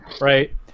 right